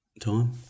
time